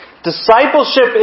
Discipleship